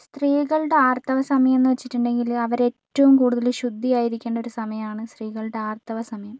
സ്ത്രീകളുടെ ആർത്തവസമയം എന്നു വച്ചിട്ടുണ്ടെങ്കിൽ അവരേറ്റവും കൂടുതൽ ശുദ്ധിയായിരിക്കേണ്ട ഒരു സമയാണ് സ്ത്രീകളുടെ ആർത്തവ സമയം